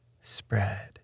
spread